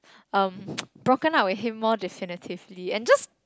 um broken up with him more definitively and just